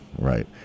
right